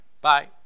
Bye